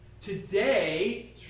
Today